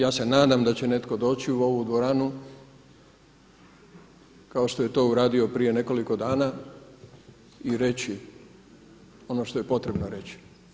Ja se nadam da će netko doći u ovu dvoranu kao što je to uradio prije nekoliko dana i reći ono što je potrebno reći.